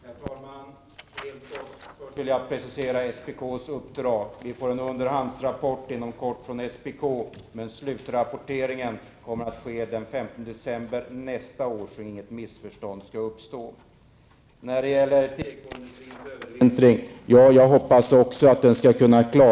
Herr talman! Jag skall fatta mig kort. Jag vill först precisera SPKs uppdrag. Det kommer inom kort en underhandsrapport från SPK, men slutrapporteringen kommer att ske den 5 december nästa år. När det gäller tekoindustrins övervintring, hoppas också jag att den skall klara sig.